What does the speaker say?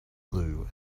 blue